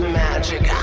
magic